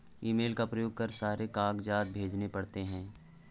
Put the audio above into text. email का प्रयोग कर सारे कागजात भेजने पड़ते हैं